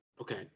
Okay